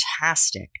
Fantastic